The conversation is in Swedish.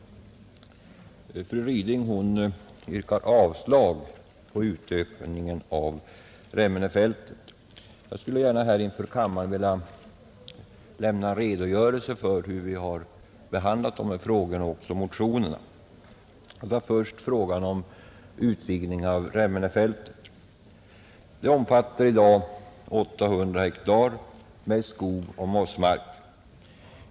Fru Ryding yrkar avslag på förslaget om utökning av Remmenefältet. Jag skulle gärna inför kammaren vilja lämna en redogörelse för hur utskottet har behandlat dessa frågor och motionerna. Jag tar då först upp frågan om utvidgning av Remmenefältet. Det omfattar i dag 800 hektar, mest skog och mossmark.